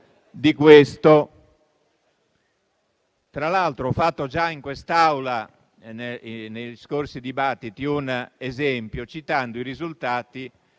di questo. Tra l'altro, ho fatto già in quest'Aula negli scorsi dibattiti un esempio, citando i risultati